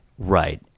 Right